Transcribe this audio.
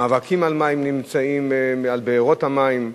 המאבקים על מים נמצאים מעל בארות המים,